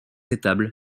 étables